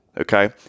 okay